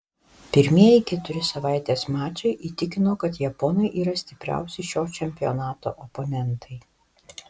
pirmieji keturi savaitės mačai įtikino kad japonai yra stipriausi šio čempionato oponentai